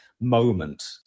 moment